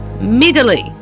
Medley